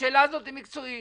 השאלה הזאת היא מקצועית.